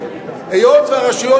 רשות האוכלוסין